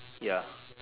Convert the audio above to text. ya